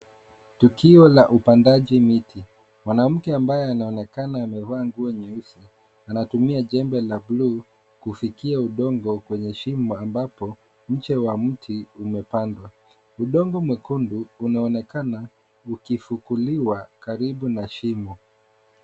Tukio la upandaji miti. Mwanamke ambaye anaonekana amevaa nguo nyeusi anatumia jembe la bluu kufikia udongo kwenye shimo ambapo mche wa mti umepandwa. Udongo mwekundu unaoanekana ukifukuliwa karibu na shimo.